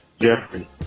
Jeffrey